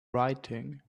writing